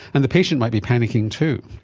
and the patient might be panicking too.